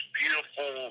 beautiful